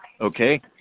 okay